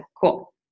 Cool